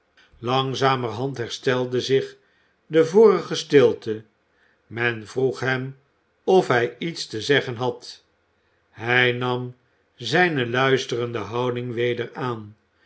langzamerhand herstelde zich de vorige stilte men vroeg hem of hij iets te zeggen had hij nam zijne luisterende houding weder aan